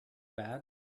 bad